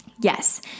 Yes